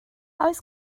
oes